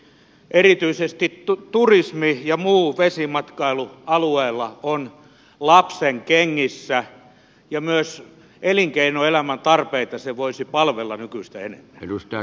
erityisesti turismi ja muu vesimatkailu alueella ovat lapsenkengissä ja myös elinkeinoelämän tarpeita se voisi palvella nykyistä enemmän